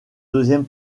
deuxième